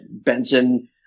Benson